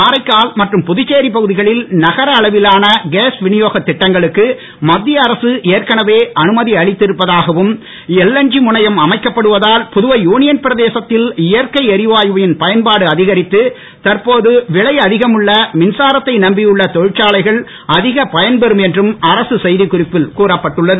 காரைக்கால் மற்றும் புதுச்சேரி பகுதிகளில் நகர அளவிலான கேஸ் விநியோக திட்டங்களுக்கு மத்திய அரசு ஏற்கனவே அனுமதியளித்திருப்பதாகவும் எல்என்தி முனையம் அமைக்கப்படுவதால் புதுவை யூனியன் பிரதேசத்தில் இயற்கை எரிவாயுவின் பயன்பாடு அதிகரித்து தற்போது விலை அதிகமுள்ள மின்சாரத்தை நம்பியுள்ள தொழிற்சாலைகள் அதிகப் பயன் தரும் என்றும் அரசு செய்திக்குறிப்பில் கூறப்பட்டுள்ளது